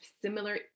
similar